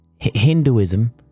Hinduism